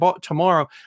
tomorrow